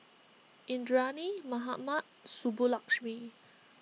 Indranee Mahatma Subbulakshmi